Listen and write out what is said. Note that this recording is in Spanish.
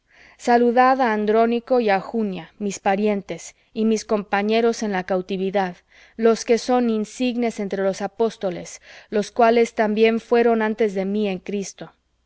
á andrónico y á junia mis parientes y mis compañeros en la cautividad los que son insignes entre los apóstoles los cuales también fueron antes de mí en cristo